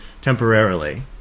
temporarily